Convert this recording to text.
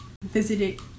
Visited